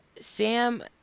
Sam